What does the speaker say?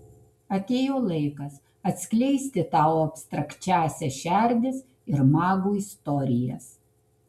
atėjo laikas atskleisti tau abstrakčiąsias šerdis ir magų istorijas